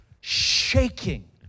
shaking